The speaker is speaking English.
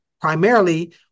primarily